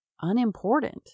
unimportant